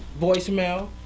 Voicemail